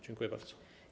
Dziękuję bardzo.